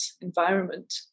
environment